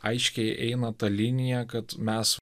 aiškiai eina ta linija kad mes